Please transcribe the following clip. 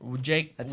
Jake